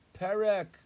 Perek